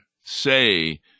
say